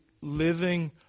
living